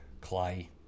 Clay